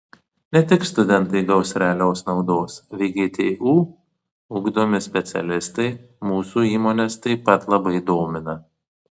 ne tik studentai gaus realios naudos vgtu ugdomi specialistai mūsų įmones taip pat labai domina